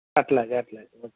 అలాగే అలాగే ఓకే